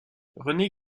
rené